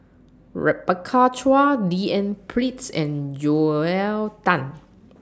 Rebecca Chua D N Pritt's and Joel Tan